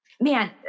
man